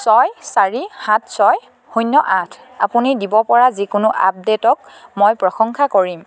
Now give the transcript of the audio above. ছয় চাৰি সাত ছয় শূন্য আঠ আপুনি দিব পৰা যিকোনো আপডে'টক মই প্ৰশংসা কৰিম